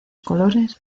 colores